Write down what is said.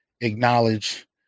acknowledge